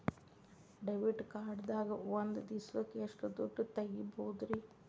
Debit card ದಾಗ ಒಂದ್ ದಿವಸಕ್ಕ ಎಷ್ಟು ದುಡ್ಡ ತೆಗಿಬಹುದ್ರಿ?